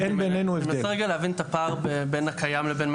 זאת אומרת, אולי